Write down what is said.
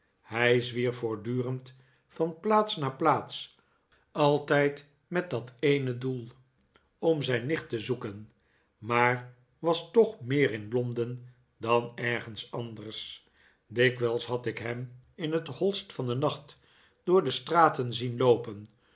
hij zwierf voortdurend van plaats naar plaats altijd met dat eene doel om zijn nicht te zoeken maar was toch meer in londen dan ergens anders dikwijls had ik hem in het hoist van den nacht door de straten zien loopen